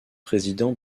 président